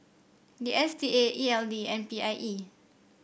D S T A E L D and P I E